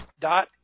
dot